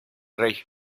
rey